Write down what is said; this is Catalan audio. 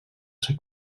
ser